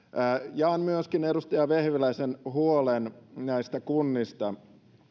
jaan myöskin edustaja vehviläisen huolen näistä kunnista